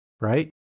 right